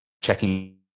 checking